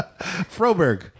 Froberg